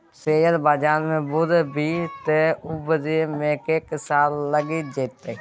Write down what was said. share बजार मे बुरभी तँ उबरै मे कैक साल लगि जेतौ